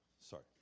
Sorry